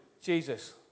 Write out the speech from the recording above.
Jesus